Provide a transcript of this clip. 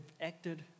acted